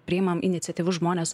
priimam iniciatyvius žmones